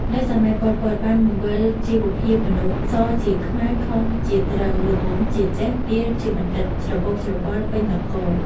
នៅ សម័យ ប៉ុល ពត បានបង្វិលជីវភាពមនុស្ស សជាខ្មៅ ខុសជាត្រូវ ល្ងង់ ជាចេះ ពាល ជាបណ្ឌិត ច្របូកច្របល់ពេញនគរ។